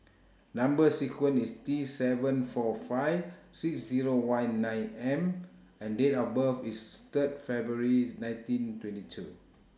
Number sequence IS T seven four five six Zero one nine M and Date of birth IS Third February nineteen twenty two